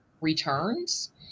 returns